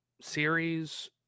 series